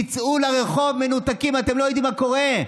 תצאו לרחוב, מנותקים, אתם לא יודעים מה קורה.